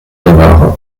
navarre